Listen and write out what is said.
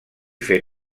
fer